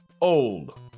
old